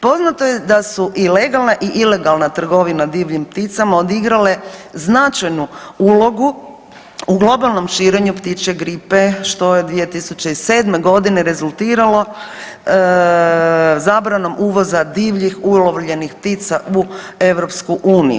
Poznato je da su i legalna i ilegalna trgovina divljim pticama odigrale značajnu ulogu u globalnom širenju ptičje gripe, što je 2007.g. rezultiralo zabranom uvoza divljih ulovljenih ptica u EU.